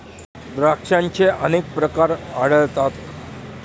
द्राक्षांचे अनेक प्रकार आढळतात